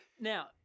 Now